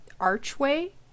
archway